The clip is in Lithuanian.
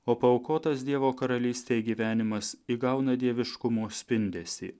o paaukotas dievo karalystei gyvenimas įgauna dieviškumo spindesį